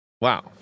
Wow